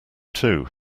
too